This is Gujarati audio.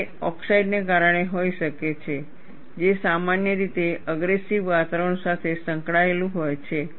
તે ઓક્સાઇડને કારણે હોઈ શકે છે જે સામાન્ય રીતે અગ્રેસીવ વાતાવરણ સાથે સંકળાયેલું હોય છે